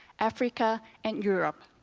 africa, and europe.